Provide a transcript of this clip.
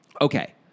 Okay